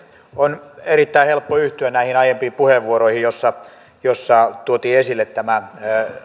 on erittäin helppo yhtyä näihin aiempiin puheenvuoroihin joissa joissa tuotiin esille nämä